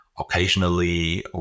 Occasionally